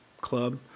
Club